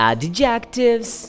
Adjectives